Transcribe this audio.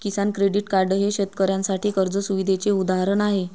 किसान credit card हे शेतकऱ्यांसाठी कर्ज सुविधेचे उदाहरण आहे